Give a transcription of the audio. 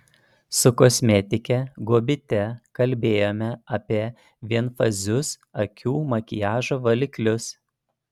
su kosmetike guobyte kalbėjome apie vienfazius akių makiažo valiklius